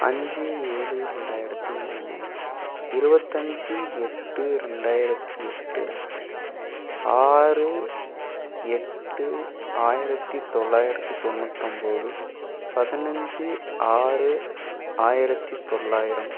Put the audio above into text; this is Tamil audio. அஞ்சு ஏழு ரெண்டாயிரத்து மூணு இருபத்தஞ்சி எட்டு ரெண்டாயிரத்து எட்டு ஆறு எட்டு ஆயிரத்து தொள்ளாயிரத்து தொண்ணூத்தொம்பது பதினைஞ்சி ஆறு ஆயிரத்து தொள்ளாயிரம்